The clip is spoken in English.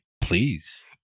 please